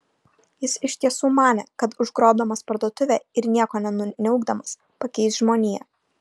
jis iš tiesų manė kad užgrobdamas parduotuvę ir nieko nenukniaukdamas pakeis žmoniją